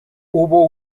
hubo